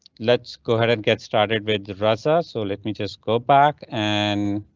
let's go ahead and get started with roses. ah so let me just go back an.